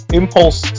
impulse